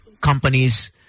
companies